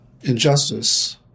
injustice